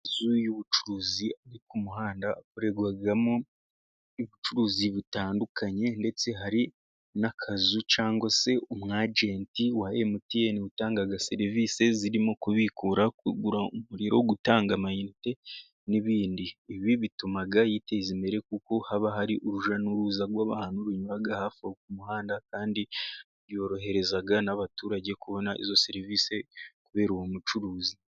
Inzu y'ubucuruzi iri ku muhanda ikorerwamo ubucuruzi butandukanye, ndetse hari n'akazu cyangwa se umwagenti wa emutiyeni utanga serivisi zirimo kubikura, kugura umuriro, gutanga amayinite, n'ibindi bituma yiteza imbere, kuko haba hari urujya n'uruza rw'abantu banyura hafi ku muhanda, kandi yorohereza n'abaturage kubona izo serivisi kubera uwo mucuruzi.